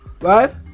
right